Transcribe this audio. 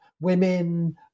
women